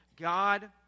God